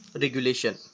regulation